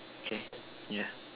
okay yeah